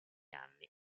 anni